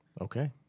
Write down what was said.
Okay